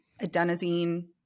adenosine